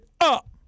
up